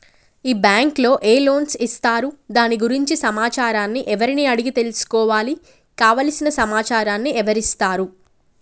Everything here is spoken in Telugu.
ఈ బ్యాంకులో ఏ లోన్స్ ఇస్తారు దాని గురించి సమాచారాన్ని ఎవరిని అడిగి తెలుసుకోవాలి? కావలసిన సమాచారాన్ని ఎవరిస్తారు?